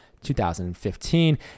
2015